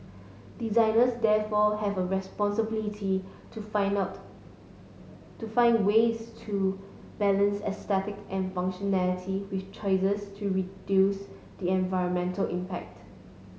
designers therefore have a responsibility to find out to find ways to balance aesthetic and functionality with choices to reduce the environmental impact